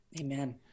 Amen